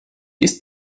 ist